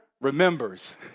remembers